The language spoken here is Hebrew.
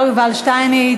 השר יובל שטייניץ.